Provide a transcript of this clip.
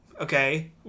Okay